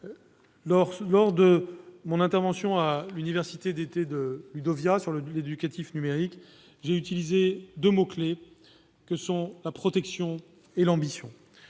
Lors de mon intervention à l'université d'été Ludovia sur l'éducatif numérique, j'ai eu recours à deux mots clés : protection et ambition.